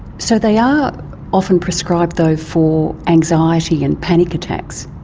so they are often prescribed though for anxiety and panic attacks.